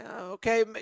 Okay